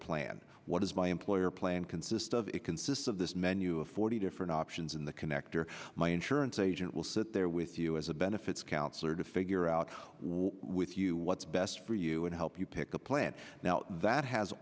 plan what is my employer plan consist of it consists of this menu of forty different options in the connector my insurance agent will sit there with you as a benefits counselor to figure out which you what's best for you and help you pick a plan now that has